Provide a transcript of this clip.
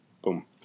Boom